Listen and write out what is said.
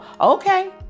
okay